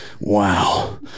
Wow